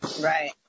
Right